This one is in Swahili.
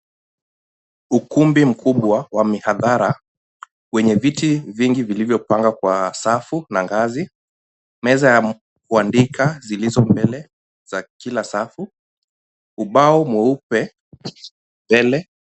Ukumbi mkubwa wa mihadhara wenye viti vingi vilivyopanga kwa safu na ngazi. Meza ya kuandika zilizo mbele za kila safu. Ubao mweupe mbele.